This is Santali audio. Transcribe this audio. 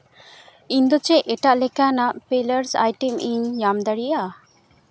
ᱤᱧᱫᱚ ᱪᱮᱫ ᱮᱴᱟᱜ ᱞᱮᱠᱟᱱᱟᱜ ᱯᱤᱞᱟᱨᱥ ᱟᱭᱴᱮᱢ ᱤᱧ ᱧᱟᱢ ᱫᱟᱲᱮᱭᱟᱜᱼᱟ